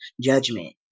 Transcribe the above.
judgment